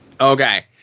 Okay